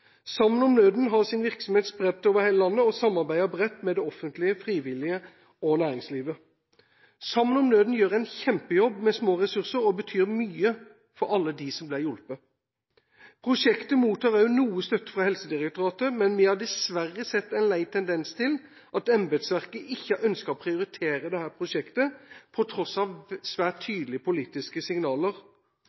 Sammen om Nøden har sin virksomhet spredt over hele landet, og samarbeider bredt med det offentlige, de frivillige og næringslivet. Sammen om Nøden gjør en kjempejobb med små ressurser, og betyr mye for alle dem som blir hjulpet. Prosjektet mottar også noe støtte fra Helsedirektoratet, men vi har dessverre sett en lei tendens til at embetsverket ikke ønsker å prioritere dette prosjektet på tross av svært tydelige politiske signaler.